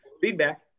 Feedback